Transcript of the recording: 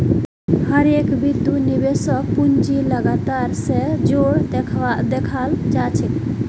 हर एक बितु निवेशकक पूंजीर लागत स जोर देखाला जा छेक